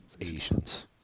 Asians